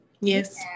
Yes